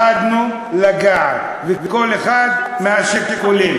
וכל אחד מהשיקולים,